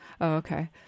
Okay